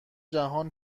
جهان